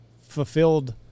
fulfilled